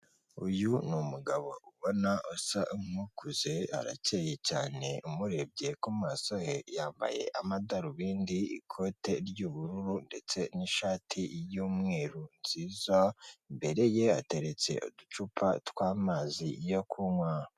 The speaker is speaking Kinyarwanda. Uyu ni umugabo ubona usa nk'ukuze, arakeye cyane, umurebye ku maso he yambaye amadarubindi, ikote ry'ubururu, ndetse n'ishati y'umweru nziza, imbere ye ateretse uducupa tw'amazi yo kunywa.